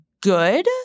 good